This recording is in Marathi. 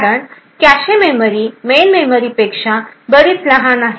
कारण कॅशे मेमरी मेन मेमरीपेक्षा बरीच लहान आहे